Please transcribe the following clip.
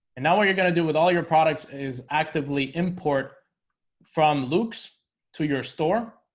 and now what you're going to do with all your products is actively import from luke's to your store